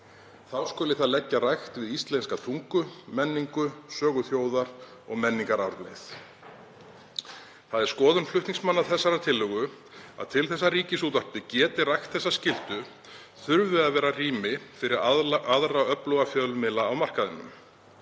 Þá skuli það leggja rækt við íslenska tungu, menningu, sögu þjóðarinnar og menningararfleifð. Það er skoðun flutningsmanna þessarar tillögu að til þess að Ríkisútvarpið geti rækt þessa skyldu þurfi að vera rými fyrir aðra öfluga fjölmiðla á markaðinum.